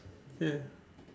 okay